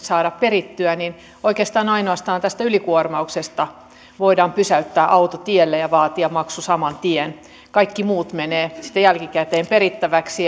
saada perittyä oikeastaan ainoastaan ylikuormauksesta voidaan pysäyttää auto tielle ja vaatia maksu saman tien kaikki muut menevät sitten jälkikäteen perittäväksi